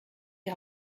die